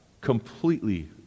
Completely